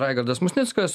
raigardas musnickas